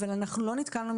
אבל אנחנו לא נתקלנו,